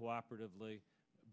cooperatively